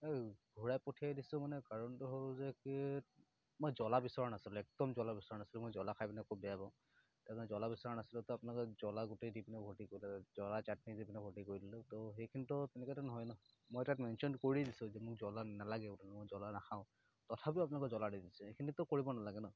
এই ঘূৰাই পঠিয়াই দিছোঁ মানে কাৰণটো হ'ল যে কি মই জ্বলা বিচৰা নাছিলোঁ একদম জ্বলা বিচৰা নাছিলোঁ মই জ্বলা খাই পিনে খুব বেয়া পাওঁ সেইকাৰণে জ্বলা বিচৰা নাছিলোঁ তাত আপোনোকে জ্বলা গোটেই দি পিনে ভৰ্তি কৰি পেলালে জ্বলা চাটনি দি পিনে ভৰ্তি কৰি দিলে তো সেইখিনিতো তেনেকুৱাতো নহয় ন মই তাত মেনশ্যন কৰি দিছোঁ যে মোক জ্বলা নেলাগে মই জ্বলা নেখাওঁ তথাপি আপোনালোকে জ্বলা দি দিছে সেইখিনিতো কৰিব নালাগে ন